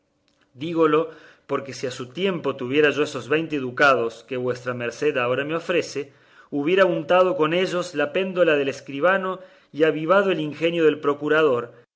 dígolo porque si a su tiempo tuviera yo esos veinte ducados que vuestra merced ahora me ofrece hubiera untado con ellos la péndola del escribano y avivado el ingenio del procurador